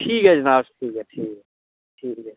ठीक ऐ जनाब ठीक ऐ ठीक ऐ ठीक ऐ